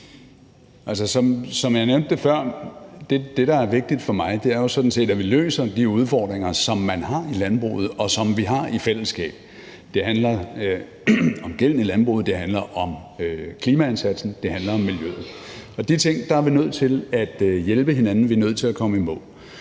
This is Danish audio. det, der er vigtigt for mig, jo sådan set, at vi løser de udfordringer, som man har i landbruget, og som vi har i fællesskab. Det handler om gælden i landbruget; det handler om klimaindsatsen; det handler om miljøet. De ting er vi nødt til at hjælpe hinanden med, vi er nødt til at komme i mål.